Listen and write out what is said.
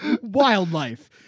Wildlife